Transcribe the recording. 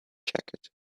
jacket